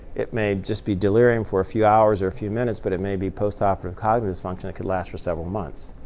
it may just be delirium for a few hours or a few minutes, but it may be post-operative cognitive function that could last for several months.